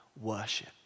worship